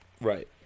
right